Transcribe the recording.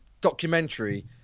documentary